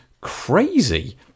crazy